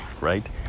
right